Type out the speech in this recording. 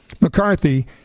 McCarthy